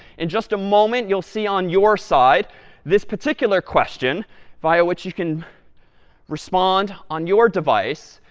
in just a moment you'll see on your side this particular question via which you can respond on your device.